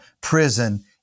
prison